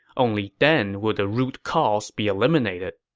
only then will the root cause be eliminated.